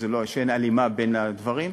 שאין הלימה בין הדברים.